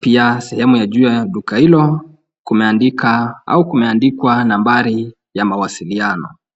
Pia sehemu ya juu ya duka hilo, kumeandika au kumeandikwa nambari ya mawasiliano.